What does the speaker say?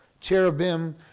cherubim